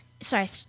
Sorry